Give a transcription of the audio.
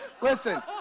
Listen